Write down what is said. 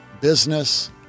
business